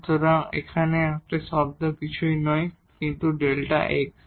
সুতরাং এখানে এই শব্দটি কিছুই নয় কিন্তু Δ x